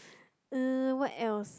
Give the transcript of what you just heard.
uh what else